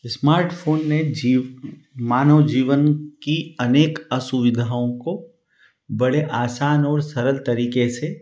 smartphone ने जीव मानव जीवन की अनेक असुविधाओं को बड़े आसान और सरल तरीके से